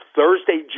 Thursday